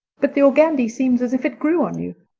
but the organdy seems as if it grew on you.